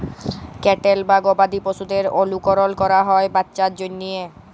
cattle বা গবাদি পশুদের অলুকরল ক্যরা হ্যয় বাচ্চার জ্যনহে